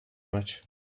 much